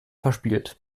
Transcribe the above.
verspielt